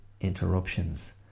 interruptions